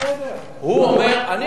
חבר הכנסת אייכלר.